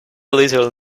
little